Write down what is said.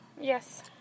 Yes